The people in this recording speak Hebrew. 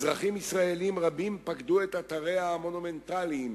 אזרחים ישראלים רבים פקדו את אתריה המונומנטליים